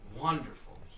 wonderful